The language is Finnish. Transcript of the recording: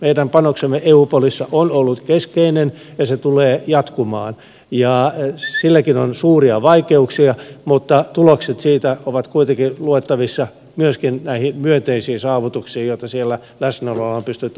meidän panoksemme eupolissa on ollut keskeinen ja se tulee jatkumaan ja silläkin on suuria vaikeuksia mutta tulokset siitä ovat kuitenkin luettavissa myöskin näihin myönteisiin saavutuksiin joita siellä läsnäololla on pystytty aikaansaamaan